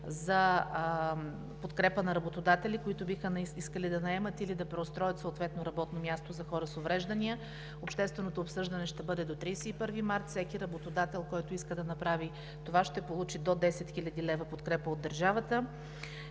за подкрепа на работодатели, които биха искали да наемат или да преустроят съответно работно място за хора с увреждания. Общественото обсъждане ще бъде до 31 март. Всеки работодател, който иска да направи това, ще получи до 10 хил. лв. подкрепа от държавата.